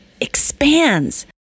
expands